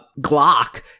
Glock